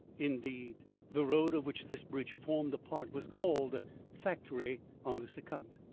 indeed the road of which this bridge formed a part was called factory on this account.